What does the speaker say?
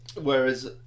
Whereas